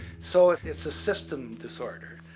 so it's a system disorder.